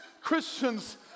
Christians